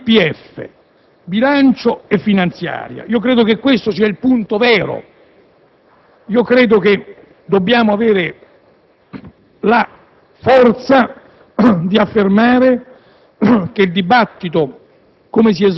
tra DPEF, bilancio e finanziaria: credo che questo sia il punto vero. Dobbiamo avere la forza di affermare che il dibattito,